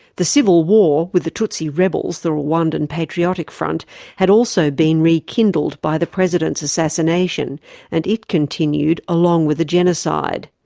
the civil war with the tutsi rebels, the rwandan patriotic front had also been rekindled by the president's assassination and it continued along with the genocide.